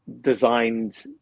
designed